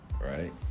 right